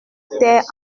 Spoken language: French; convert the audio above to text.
terre